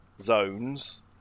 zones